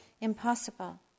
impossible